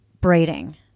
braiding